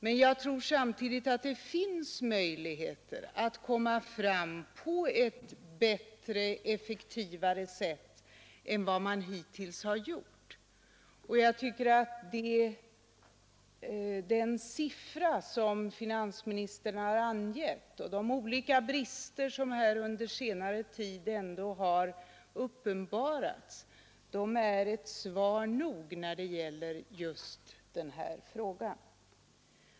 Men jag tror samtidigt att det finns möjligheter att komma fram på ett avgjort bättre och effektivare sätt än hittills. Den siffra som finansministern har angivit för skattefusk och skatteflykt och de olika brister som under senare tid ändå har uppenbarats anser jag är tillräckligt upplysande om ofullkomligheten hittills.